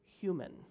human